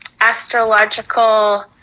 astrological